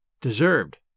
deserved